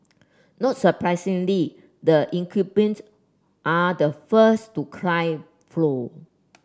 not surprisingly the incumbents are the first to cry foul